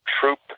troop